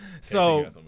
So-